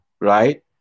right